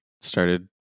started